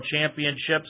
championships